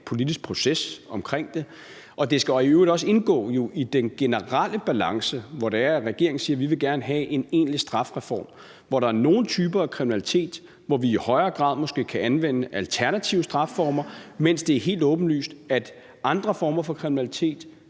politisk proces omkring det. Det skal i øvrigt også indgå i den generelle balance, hvor det er, at regeringen siger, at vi gerne vil have en egentlig strafreform, hvor der er nogle typer kriminalitet, hvor vi i højere grad måske kan anvende alternative strafformer, mens det er helt åbenlyst, at for andre former for kriminalitet